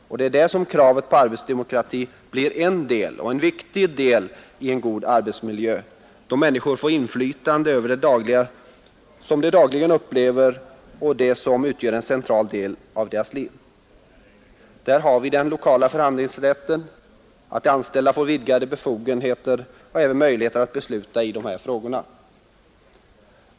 Och det är där som kravet på arbetsdemokrati blir en del och en viktig del i en god arbetsmiljö, då människor får inflytande över det de dagligen upplever och det som utgör en central del av deras liv. Där har vi den lokala förhandlingsrätten — att de anställda får vidgade befogenheter och även möjligheter att besluta i de här frågorna.